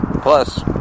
Plus